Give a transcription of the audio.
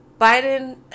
Biden